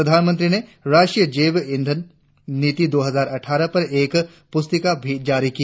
प्रधानमंत्री ने राष्ट्रीय जैव ईधन नीति दो हजार अट्ठारह पर एक पुस्तिका भी जारी की